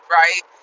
right